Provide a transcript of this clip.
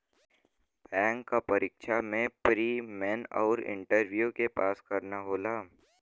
bank क परीक्षा में प्री, मेन आउर इंटरव्यू के पास करना होला